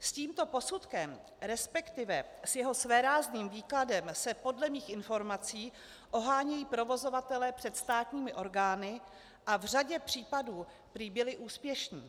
S tímto posudkem, respektive s jeho svérázným výkladem, se podle mých informací ohánějí provozovatelé před státními orgány a v řadě případů prý byli úspěšní.